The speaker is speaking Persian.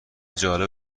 جالب